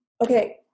Okay